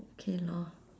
okay lor